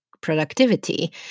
productivity